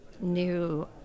new